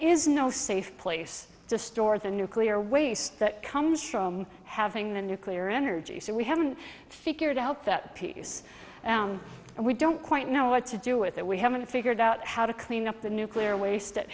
is no safe place to store the nuclear waste that comes from having the nuclear energy so we haven't figured out that piece and we don't quite know what to do with it we haven't figured out how to clean up the nuclear waste it